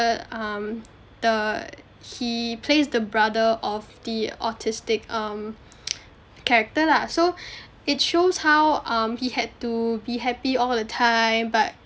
um the he plays the brother of the autistic um character lah so it shows how um he had to be happy all the time but